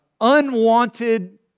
unwanted